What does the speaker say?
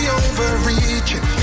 overreaching